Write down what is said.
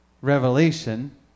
revelation